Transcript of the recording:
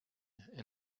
and